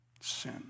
sin